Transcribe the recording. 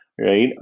right